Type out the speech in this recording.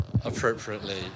appropriately